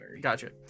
gotcha